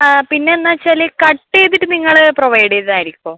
ആ പിന്നെ എന്നാ വെച്ചാൽ കട്ട് ചെയ്തിട്ട് നിങ്ങൾ പ്രൊവൈഡ് ചെയ്തതായിരിക്കോ